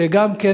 גם כן,